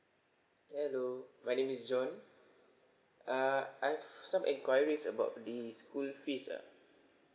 hello my name is john err I have some enquiries about the school fees ah